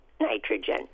Nitrogen